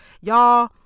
Y'all